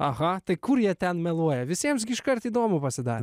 aha tai kur jie ten meluoja visiems iškart įdomu pasidarė